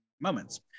moments